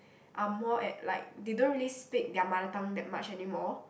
are more at like they don't really speak their mother-tongue that much anymore